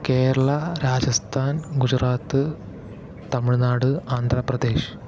Kerala Rajasthan Gujarat Tamil Nadu Andhra Pradesh